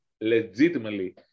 legitimately